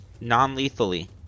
Non-lethally